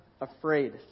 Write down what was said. afraid